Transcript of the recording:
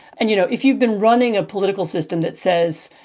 and, you know, if you've been running a political system that says,